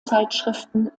zeitschriften